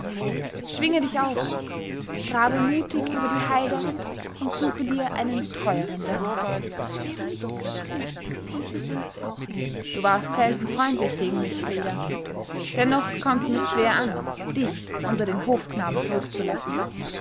schwinge dich auf trabe mutig über die heide und suche dir einen treueren herrn du warst selten freundlich gegen mich frida dennoch kommt mir's schwer an dich unter den hofknaben zurückzulassen